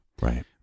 Right